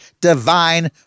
divine